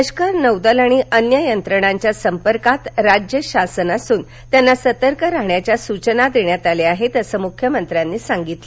लष्कर नौदल आणि अन्य यंत्रणांच्या संपर्कात राज्य शासन असून त्यांना सतर्क राहण्याच्या सूचना दिल्या आहेत असं मुख्यमंत्र्यांनी सांगितलं